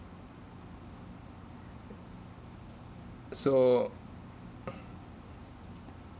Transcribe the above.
so